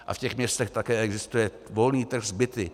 A v těch městech také existuje volný trh s byty.